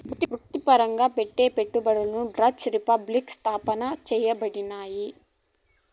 వృత్తిపరంగా పెట్టే పెట్టుబడులు డచ్ రిపబ్లిక్ స్థాపన చేయబడినాయి